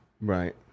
right